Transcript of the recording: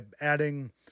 adding